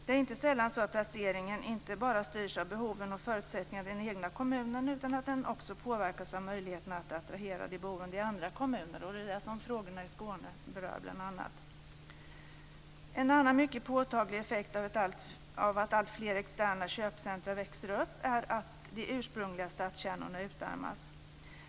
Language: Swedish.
Det är inte sällan så att placeringen inte bara styrs av behoven och förutsättningarna i den egna kommunen utan att den också påverkas av möjligheten att attrahera de boende i andra kommuner. Det är det som frågorna i Skåne bl.a. berör. En annan mycket påtaglig effekt av att alltfler externa köpcentrum växer upp är att de ursprungliga stadskärnorna utarmas.